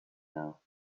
know